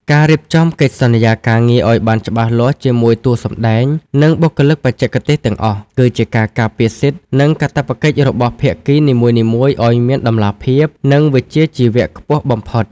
ការរៀបចំកិច្ចសន្យាការងារឱ្យបានច្បាស់លាស់ជាមួយតួសម្ដែង និងបុគ្គលិកបច្ចេកទេសទាំងអស់ គឺជាការការពារសិទ្ធិ និងកាតព្វកិច្ចរបស់ភាគីនីមួយៗឱ្យមានតម្លាភាព និងវិជ្ជាជីវៈខ្ពស់បំផុត។